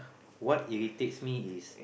what irritates me is